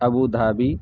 Abu Dhabi